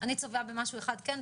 'אני צובע במשהו אחד כן,